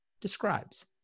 describes